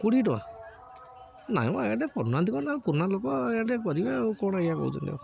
କୋଡ଼ିଏ ଟଙ୍କା ନାଇଁ ମ ଆଜ୍ଞା ଟିକେ କରୁନାହାନ୍ତି କ ନା ପୁରୁଣା ଲୋକ ଆଜ୍ଞା ଟିକେ କରିବେ ଆଉ କ'ଣ କହୁଛନ୍ତି ଆଉ